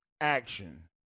action